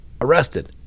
arrested